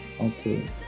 okay